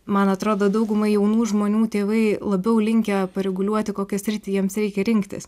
man atrodo daugumai jaunų žmonių tėvai labiau linkę pareguliuoti kokią sritį jiems reikia rinktis